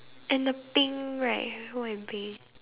and the pink right roll and bay